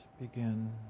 begin